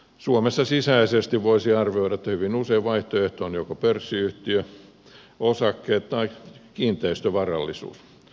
suomessa sisäisesti voisi arvioida että hyvin usein vaihtoehto on joko pörssiyhtiö osakkeet tai kiinteistövarallisuus